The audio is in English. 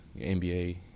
NBA